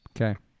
Okay